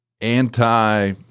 anti-